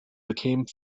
became